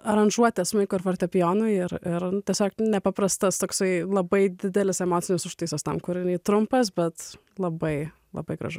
aranžuotę smuikui ir fortepijonui ir ir tiesiog nepaprastas toksai labai didelis emocinis užtaisas tam kūrinys trumpas bet labai labai gražu